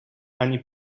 ani